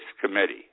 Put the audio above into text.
committee